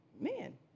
Man